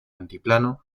altiplano